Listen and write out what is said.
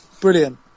Brilliant